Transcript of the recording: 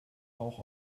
rauch